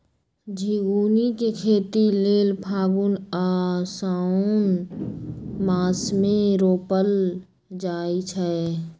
झिगुनी के खेती लेल फागुन आ साओंन मासमे रोपल जाइ छै